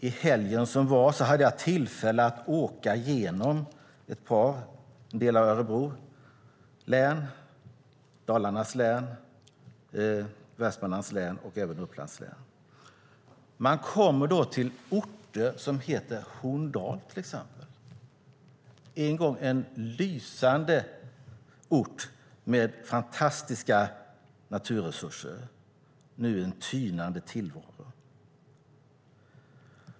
I helgen som var hade jag tillfälle att åka genom några delar av Örebro län, Dalarnas län, Västmanlands län och även Upplands län. Man kommer då till orter som heter till exempel Horndal, en gång en lysande ort med fantastiska naturresurser men nu en ort med en tynande tillvaro.